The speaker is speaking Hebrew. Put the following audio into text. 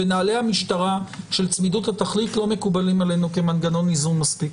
נהלי המשטרה של צמידות התכלית לא מקובלים עלינו כמנגנון איזון מספיק.